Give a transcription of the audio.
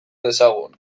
dezagun